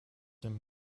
him